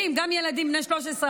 גם ילדים בני 13,